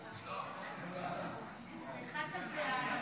הצעת סיעת